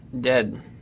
dead